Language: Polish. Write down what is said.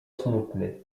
smutny